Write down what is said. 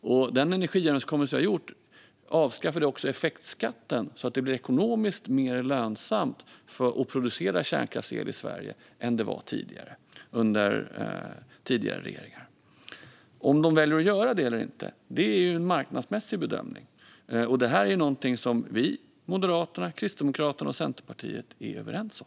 Den energiöverenskommelse vi gjort avskaffade också effektskatten så att det blir ekonomiskt mer lönsamt att producera kärnkraftsel i Sverige än vad det var under tidigare regeringar. Om de väljer att göra det eller inte är en marknadsmässig bedömning. Det är någonting som vi, Moderaterna, Kristdemokraterna och Centerpartiet är överens om.